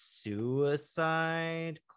Suicide